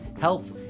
health